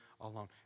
alone